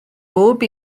bob